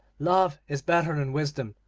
love is better than wisdom,